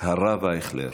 הרב אייכלר,